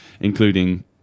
including